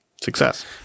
success